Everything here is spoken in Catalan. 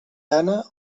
gana